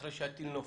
אחרי שהטיל נופל,